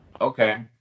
Okay